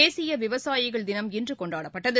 தேசிய விவசாயிகள் தினம் இன்று கொண்டாடப்படுகிறது